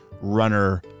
runner